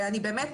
ואני באמת,